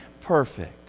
perfect